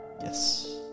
yes